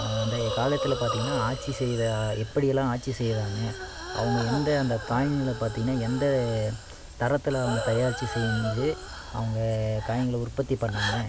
அந்தைய காலத்தில் பார்த்திங்கன்னா ஆட்சி செய்கிற எப்படியெல்லாம் ஆட்சி செய்தாங்கள் அவங்க எந்த அந்த காயின்ல பார்த்திங்கன்னா எந்த தரத்தில் அவங்க தயாரித்து செஞ்சி அவங்க காயின்களை உற்பத்தி பண்ணாங்கள்